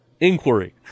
inquiry